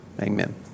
Amen